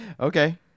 Okay